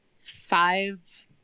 five